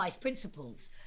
principles